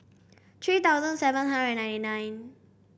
three thousand seven hundred ninety nine